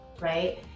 right